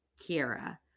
Kira